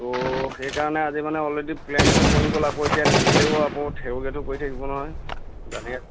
তো সেইকাৰণে আজি মানে অলৰেডি প্লেনটোও বনি গ'ল আকৌ এতিয়া নিনিলেও আকৌ থেৰো গেঠো কৰি থাকিব নহয় সেইকাৰণে